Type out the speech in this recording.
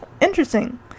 interesting